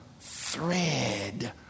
thread